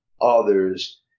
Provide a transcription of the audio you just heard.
others